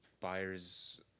buyers